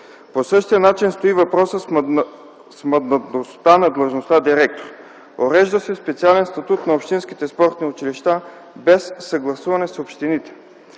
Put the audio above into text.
По същия начин стои и въпросът с мандатността на длъжността „директор”. Урежда се специален статут на общинските спортни училища, без съгласуване с общините.